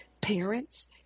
parents